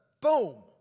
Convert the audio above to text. boom